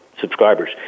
subscribers